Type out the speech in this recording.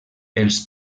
els